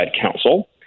counsel